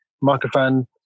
microphone